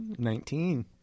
Nineteen